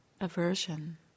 aversion